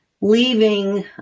leaving